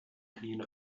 knien